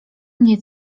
mnie